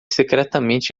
secretamente